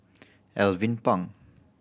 Alvin Pang